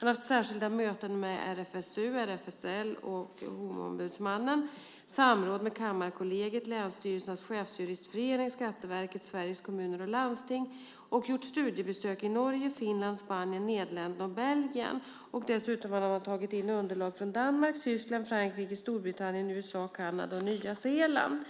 Det har varit särskilda möten med RFSU, RFSL och Homoombudsmannen, samråd med Kammarkollegiet, länsstyrelsens chefsjuristförening, Skatteverket, Sveriges Kommuner och Landsting och man har gjort studiebesök i Norge, Finland, Spanien, Nederländerna och Belgien. Dessutom har man tagit in underlag från Danmark, Tyskland, Frankrike, Storbritannien, USA, Kanada och Nya Zeeland.